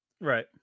Right